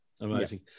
Amazing